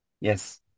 Yes